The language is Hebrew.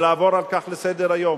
ולעבור על כך לסדר-היום.